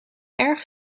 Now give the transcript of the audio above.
erg